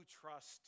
trust